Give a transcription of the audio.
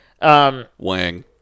Wang